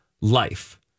life